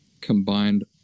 combined